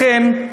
לכן,